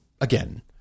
again